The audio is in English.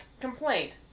Complaint